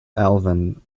alvin